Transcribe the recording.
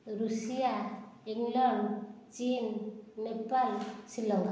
Russia England ଚୀନ ନେପାଳ ଶ୍ରୀଲଙ୍କା